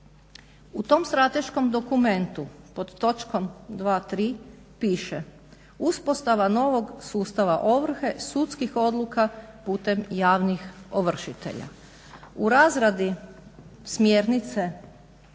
U tom strateškom dokumentu pod točkom 2, 3, piše: "Uspostava novog sustava ovrhe, sudskih odluka putem javnih ovršitelja." U razradi smjernice